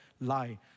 lie